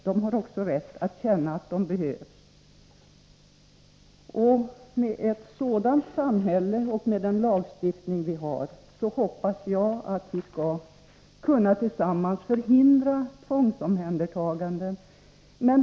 De har också rätt att känna att de behövs. Med ett sådant samhälle och med den lagstiftning vi har hoppas jag att vi tillsammans skall kunna förhindra tvångsomhändertaganden.